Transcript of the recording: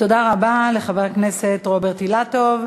תודה רבה לחבר הכנסת רוברט אילטוב.